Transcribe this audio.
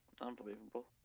Unbelievable